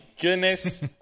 goodness